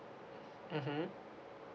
mmhmm